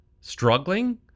struggling